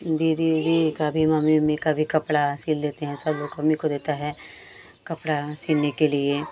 दीदी उदी का भी मम्मी उम्मी का भी कपड़ा सिल देते हैं सब लोग हम ही को देता है कपड़ा सिलने के लिए